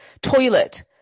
Toilet